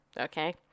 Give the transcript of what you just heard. Okay